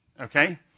okay